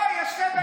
לא, יש שתי ועדות.